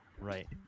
Right